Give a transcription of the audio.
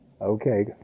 okay